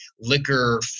liquor